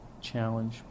challenge